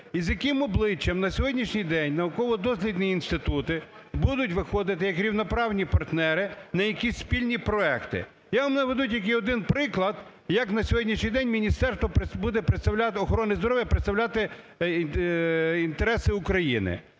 І з яким обличчям на сьогоднішній день науково-дослідні інститути будуть виходити як рівноправні партнери на якісь спільні проекти? Я вам наведу тільки один приклад, як на сьогоднішній день Міністерство охорони здоров'я буде представляти інтереси України.